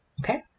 Okay